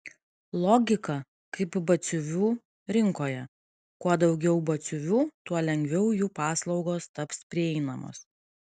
logika kaip batsiuvių rinkoje kuo daugiau batsiuvių tuo lengviau jų paslaugos taps prieinamos